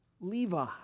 Levi